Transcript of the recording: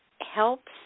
helps